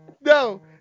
No